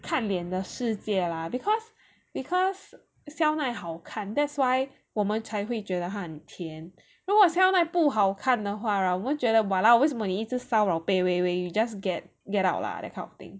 看脸的世界 lah because because 肖奈好看 that's why 我们才会觉得他很甜如果肖奈不好看的话 right 我们会觉得 !walao! 为什么一直骚扰贝微微 eh you just get get out lah that kind of thing